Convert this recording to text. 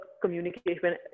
communication